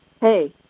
hey